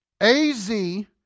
A-Z